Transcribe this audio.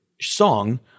song